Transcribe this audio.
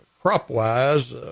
crop-wise